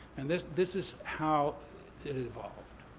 and this this is how it it evolved.